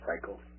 cycles